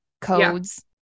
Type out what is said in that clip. codes